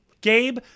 gabe